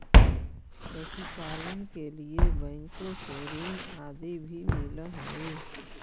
पशुपालन के लिए बैंकों से ऋण आदि भी मिलअ हई